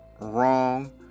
wrong